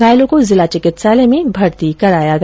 घायलों को जिला चिकित्सालय में भर्ती कराया गया